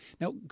Now